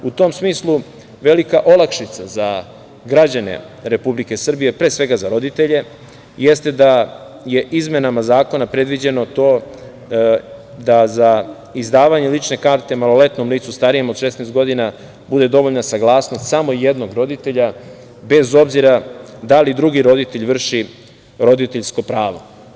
U tom smislu velika olakšica za građane Republike Srbije, pre svega za roditelje jeste da je izmenama zakona predviđeno to da za izdavanje lične karte maloletnom licu starijem od 16 godina bude dovoljna saglasnost samo jednog roditelja bez obzira da li drugi roditelj vrši roditeljsko pravo.